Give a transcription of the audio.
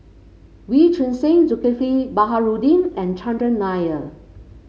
Wee Choon Seng Zulkifli Baharudin and Chandran Nair